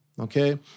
Okay